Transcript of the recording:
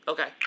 Okay